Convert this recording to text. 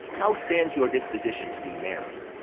how stands your disposition to be married?